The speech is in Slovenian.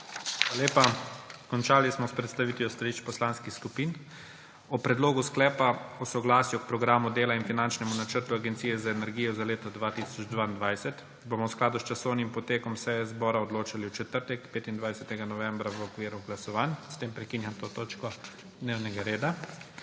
lepa. Končali smo s predstavitvijo stališč poslanskih skupin. O predlogu sklepa o soglasju k Programu dela in finančnemu načrtu Agencije za energijo za leto 2022 bomo v skladu s časovnim potekom seje zbora odločali v četrtek, 25. novembra, v okviru glasovanj. S tem prekinjam to točko dnevnega reda.